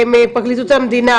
פרקליטות המדינה,